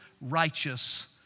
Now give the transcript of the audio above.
righteous